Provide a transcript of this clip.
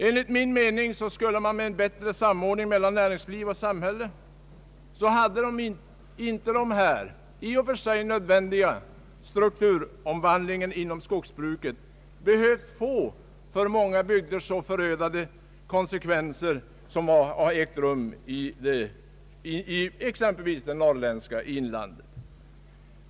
Enligt min mening skulle med en bättre samordning mellan näringsliv och samhälle denna i och för sig nödvändiga strukturomvandling inte behövt få så förödande konsekvenser för många bygder som blivit fallet exempelvis i det norrländska inlandet.